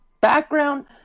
background